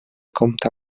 compta